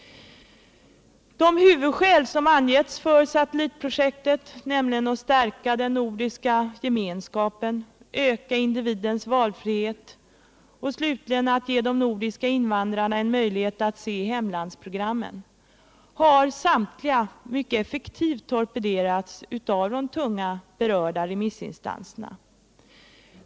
De huvudskäl som angetts för satellitprojektet, nämligen att ”stärka den nordiska gemenskapen”, att ”öka individens valfrihet” och slutligen ”att ge de nordiska invandrarna en möjlighet att se hemlandsprogramen” har samtliga effektivt torpederats av de tunga berörda remissinstanserna.